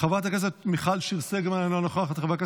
חברת הכנסת מיכל שיר סגמן, אינה נוכחת,